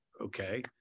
okay